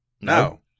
No